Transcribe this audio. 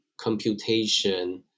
computation